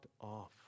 off